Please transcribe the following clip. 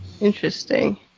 Interesting